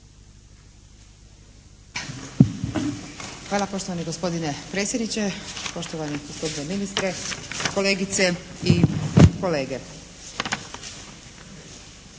Hvala poštovani gospodine predsjedniče, poštovani gospodine ministre, kolegice i kolege.